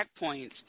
checkpoints